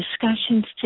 discussions